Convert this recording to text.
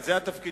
זה בעיה